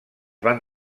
van